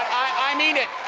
i mean it.